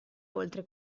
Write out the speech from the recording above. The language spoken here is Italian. oltre